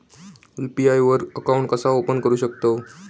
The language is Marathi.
यू.पी.आय वर अकाउंट कसा ओपन करू शकतव?